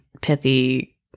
pithy